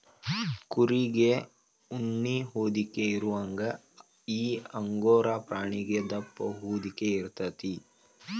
ಕುರಿಗೆ ಉಣ್ಣಿ ಹೊದಿಕೆ ಇರುವಂಗ ಈ ಅಂಗೋರಾ ಪ್ರಾಣಿಗು ದಪ್ಪ ಹೊದಿಕೆ ಇರತತಿ